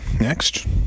Next